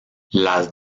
las